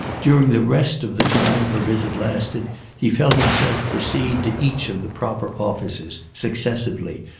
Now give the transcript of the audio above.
during the rest of the time her visit lasted he felt himself proceed to each of the proper offices, successively,